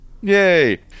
Yay